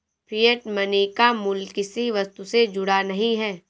fiat money का मूल्य किसी वस्तु से जुड़ा नहीं है